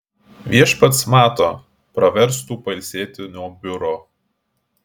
viešpats mato praverstų pailsėti nuo biuro